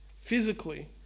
Physically